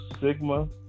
Sigma